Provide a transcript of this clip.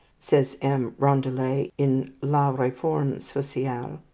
says m. rondalet in la reforme sociale,